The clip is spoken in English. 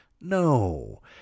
No